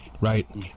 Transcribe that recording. Right